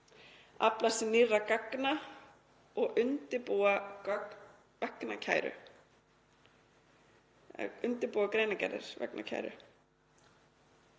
afla sér nýrra gagna og undirbúa gögn vegna kæru, undirbúa greinargerðir vegna kæru.